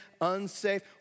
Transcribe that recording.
unsafe